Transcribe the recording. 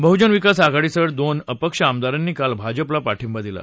बहुजन विकास आघाडीसह दोन अपक्ष आमदारांनी काल भाजपला पाठिंबा दिला